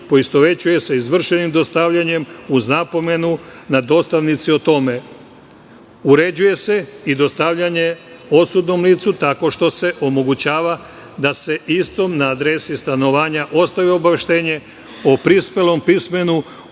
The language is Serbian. poistovećuje sa izvršenim dostavljanjem, uz napomenu na dostavnici o tome. Uređuje se i dostavljanje odsutnom licu tako što se omogućava da se istom na adresi stanovanja ostavi obaveštenje o prispelom pismenu,